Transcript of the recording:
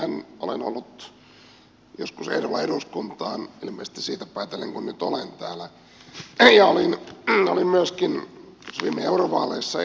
minähän olen ollut joskus ehdolla eduskuntaan ilmeisesti siitä päätellen kun nyt olen täällä ja olin myöskin viime eurovaaleissa ehdokkaana